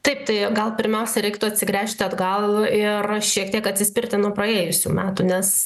taip tai gal pirmiausia reiktų atsigręžti atgal ir šiek tiek atsispirti nuo praėjusių metų nes